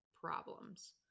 problems